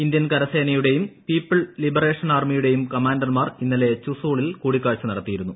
Indian കരസേനയുടെയും people liberation ആർമിയുടെയും കമാൻഡർമാർ ഇന്നലെ ചുസൂളിൽ കൂടിക്കാഴ്ച നടത്തിയിരുന്നു